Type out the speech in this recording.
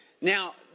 Now